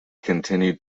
continued